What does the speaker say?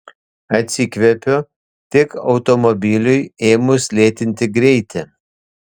atsikvepiu tik automobiliui ėmus lėtinti greitį